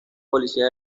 policía